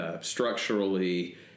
structurally